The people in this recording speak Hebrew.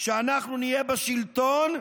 כשאנחנו נהיה בשלטון,